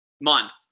month